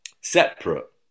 separate